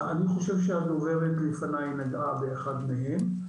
אני חושב שהדוברת לפניי נגעה באחת מהן.